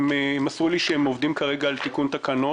הם מסרו לי שהם עובדים כרגע על תיקון תקנות.